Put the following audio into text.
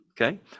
Okay